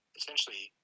essentially